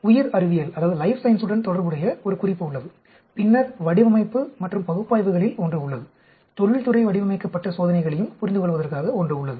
உயிர் அறிவியலுடன் தொடர்புடைய ஒரு குறிப்பு உள்ளது பின்னர் வடிவமைப்பு மற்றும் பகுப்பாய்வுகளில் ஒன்று உள்ளது தொழில்துறை வடிவமைக்கப்பட்ட சோதனைகளையும் புரிந்துகொள்வதற்காக ஒன்று உள்ளது